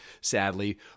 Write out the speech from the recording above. sadly